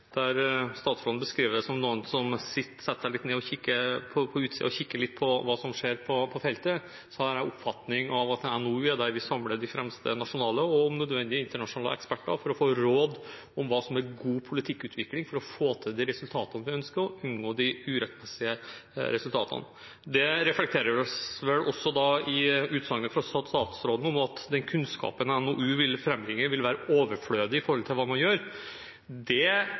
statsråden beskriver det som noen som setter seg ned og kikker litt på hva som skjer på feltet, har jeg den oppfatningen at en NOU er der vi samler de fremste nasjonale og om nødvendig internasjonale eksperter for å få råd om hva som er god politikkutvikling for å få til de resultatene vi ønsker, og unngå de uhensiktsmessige resultatene. Det reflekteres vel også i utsagnet fra statsråden om at den kunnskapen en NOU vil frambringe, vil være overflødig for hva man gjør. Det